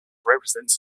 represents